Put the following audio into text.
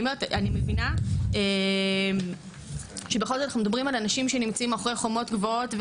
אני מבינה שבכל זאת אנחנו מדברים על אנשים שנמצאים מאחורי חומות גבוהות,